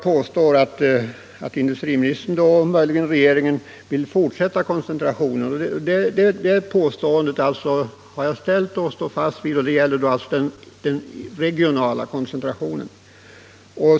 Först dock detta att jag hävdar att industriministern — och regeringen — vill fortsätta den regionala koncentrationen. Detta påstående står jag fast vid.